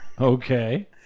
Okay